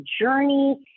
journey